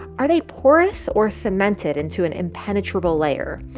are they porous or cemented into an impenetrable layer?